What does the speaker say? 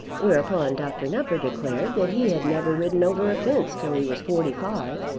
whereupon dr. nupper declared that he had never ridden over a fence till he was forty-five,